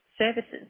services